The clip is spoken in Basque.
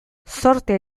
zortea